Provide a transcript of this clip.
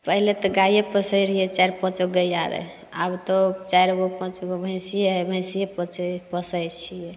पहिले तऽ गाइए पोसैत रहिऐ चारि पाँच गो गैया रहै आब तऽ चारि गो पाँच गो भैंसिए हए भैंसिए पोस पोसैत छियै